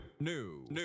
New